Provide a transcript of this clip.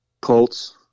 Colts